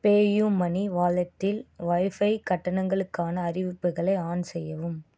PayUmoney வாலெட்டில் wifi கட்டணங்களுக்கான அறிவிப்புகளை ஆன் செய்யவும்